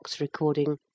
recording